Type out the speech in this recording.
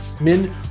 Men